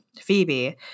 Phoebe